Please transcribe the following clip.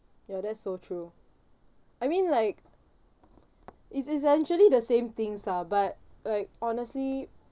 ya that's so true I mean like it's essentially the same things lah but like honestly